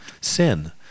sin